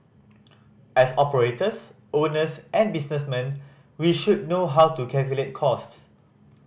as operators owners and businessmen we should know how to calculate costs